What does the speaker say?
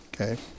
okay